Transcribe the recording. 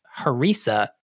harissa